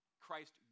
Christ